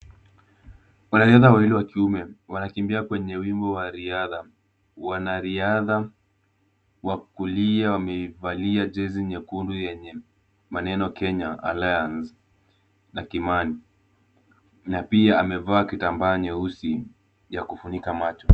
Wanariadha wawili wa kiume wanakimbia kwenye wimbo wa riadha. Wanariadha wa kulia wameivalia jezi nyekundu yenye maneno Kenya alliance na Kimani na pia amevaa kitambaa nyeusi ya kufunika macho.